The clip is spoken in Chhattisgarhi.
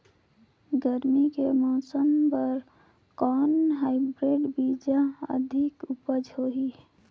गरमी के मौसम बर कौन हाईब्रिड बीजा अधिक उपज होही?